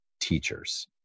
teachers